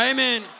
Amen